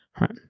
right